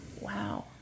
Wow